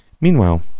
Meanwhile